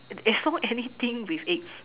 as long anything with eggs